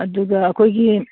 ꯑꯗꯨꯒ ꯑꯩꯈꯣꯏꯒꯤ